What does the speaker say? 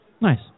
Nice